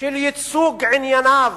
של ייצוג ענייניו